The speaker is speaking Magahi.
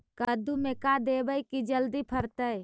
कददु मे का देबै की जल्दी फरतै?